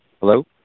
Hello